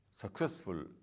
successful